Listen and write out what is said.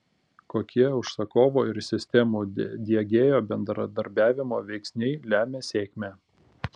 kokie užsakovo ir sistemų diegėjo bendradarbiavimo veiksniai lemia sėkmę